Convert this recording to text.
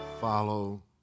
follow